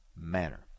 manner